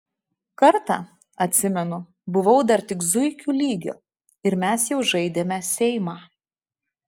kartą atsimenu buvau dar tik zuikių lygio ir mes jau žaidėme seimą